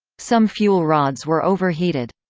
some fuel rods were overheated.